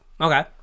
okay